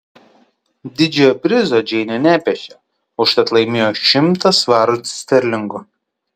didžiojo prizo džeinė nepešė užtat laimėjo šimtą svarų sterlingų